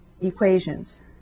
equations